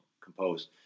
composed